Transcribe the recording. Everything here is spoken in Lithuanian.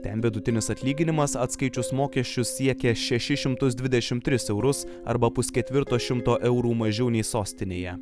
ten vidutinis atlyginimas atskaičius mokesčius siekia šešis šimtus dvidešimt tris eurus arba pusketvirto šimto eurų mažiau nei sostinėje